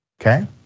okay